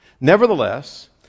Nevertheless